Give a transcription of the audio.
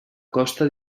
costa